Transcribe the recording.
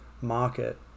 market